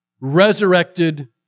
resurrected